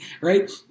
right